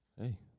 Hey